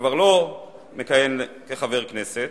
שכבר לא מכהן כחבר הכנסת